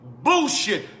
Bullshit